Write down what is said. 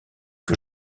que